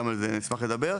גם על זה אני אמשח לדבר.